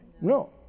No